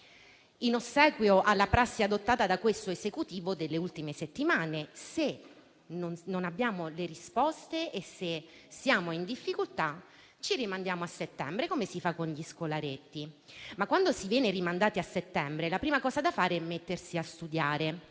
In ossequio alla prassi adottata da questo Esecutivo nelle ultime settimane, se non abbiamo le risposte e se siamo in difficoltà ci rimandiamo a settembre, come si fa con gli scolaretti. Ma quando si viene rimandati a settembre la prima cosa da fare è mettersi a studiare